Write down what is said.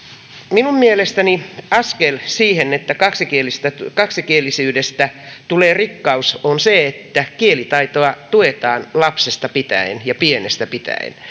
minun mielestäni askel siihen että kaksikielisyydestä kaksikielisyydestä tulee rikkaus on se että kielitaitoa tuetaan lapsesta pitäen ja pienestä pitäen